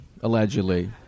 allegedly